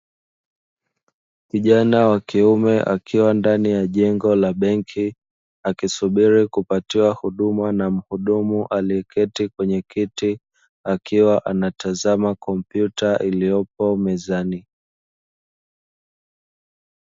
Kijana wa kiume akiwa ndani ya jengo la benki, akisubiri kupatiwa huduma na mhudumu aliyeketi kwenye kiti, akiwa anatazama kompyuta iliyopo mezani.